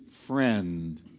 friend